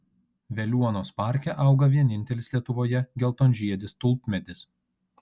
veliuonos parke auga vienintelis lietuvoje geltonžiedis tulpmedis